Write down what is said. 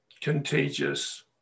contagious